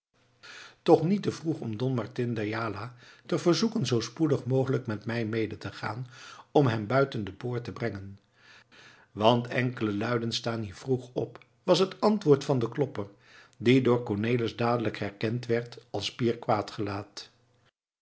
toch niet te vroeg om don martin d'ayala te verzoeken zoo spoedig mogelijk met mij mede te gaan om hem buiten de poort te brengen want enkele luiden staan hier vroeg op was het antwoord van den klopper die door cornelis dadelijk herkend werd als pier